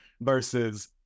versus